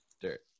Dirt